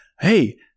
hey